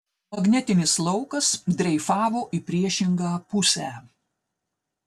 magnetinis laukas dreifavo į priešingą pusę